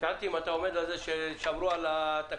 כדי לא לאלץ אותך לשקר לנו.